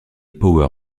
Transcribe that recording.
power